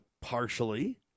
partially